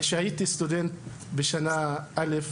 כשהייתי סטודנט בשנה א׳,